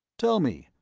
tell me,